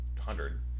hundred